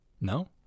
No